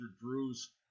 Drew's